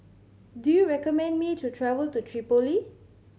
do you recommend me to travel to Tripoli